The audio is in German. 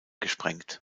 gesprengt